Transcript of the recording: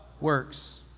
works